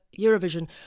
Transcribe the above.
Eurovision